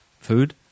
food